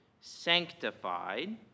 sanctified